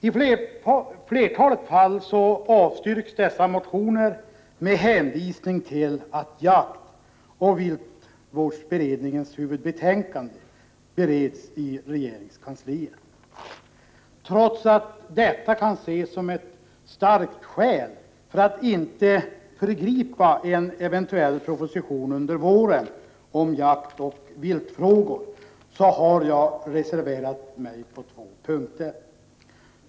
I flertalet fall avstyrks dessa motioner med hänvisning till att jaktoch viltvårdsberedningens huvudbetänkande bereds i regeringskansliet. Trots att det kan ses som ett starkt skäl att inte föregripa en eventuell proposition om jaktoch viltfrågor under våren har jag reserverat mig på två punkter.